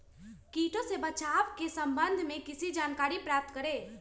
किटो से बचाव के सम्वन्ध में किसी जानकारी प्राप्त करें?